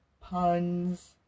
puns